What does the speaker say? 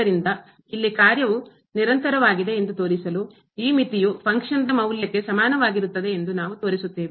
ಆದ್ದರಿಂದ ಇಲ್ಲಿ ಕಾರ್ಯವು ನಿರಂತರವಾಗಿದೆ ಎಂದು ತೋರಿಸಲು ಈ ಮಿತಿಯು ಫಂಕ್ಷನ್ ಕಾರ್ಯ ದ ಮೌಲ್ಯಕ್ಕೆ ಸಮಾನವಾಗಿರುತ್ತದೆ ಎಂದು ನಾವು ತೋರಿಸುತ್ತೇವೆ